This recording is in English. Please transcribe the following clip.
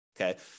Okay